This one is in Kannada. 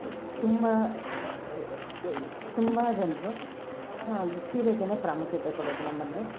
ತುಂಬ ತುಂಬ ಜನರು ಸೀರೆಗೇ ಪ್ರಾಮುಖ್ಯತೆ ಕೊಡೋದು ನಮ್ಮಲ್ಲಿ